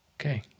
okay